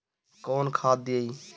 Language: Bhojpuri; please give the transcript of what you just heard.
कौन खाद दियई?